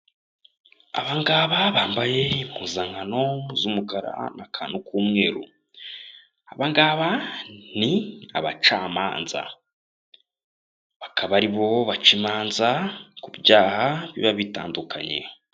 Abangaba bambaye impuzankano z'umukara n'akantu k'umweru, abagaba ni abacamanza bakaba ari bo baca imanza ku byaha biba bitandukanye.